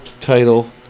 title